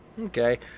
Okay